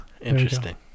interesting